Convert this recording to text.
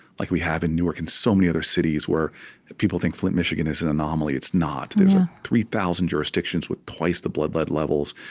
like we have in newark and so many other cities where people think flint, michigan, is an anomaly. it's not. there's three thousand jurisdictions with twice the blood lead levels,